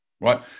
right